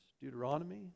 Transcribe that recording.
Deuteronomy